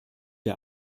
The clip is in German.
der